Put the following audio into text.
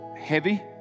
heavy